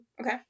Okay